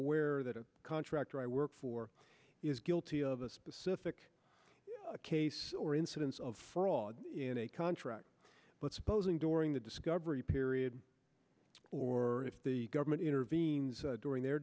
aware that a contractor i work for is guilty of a specific case or incidents fraud in a contract but supposing during the discovery period or if the government intervenes during their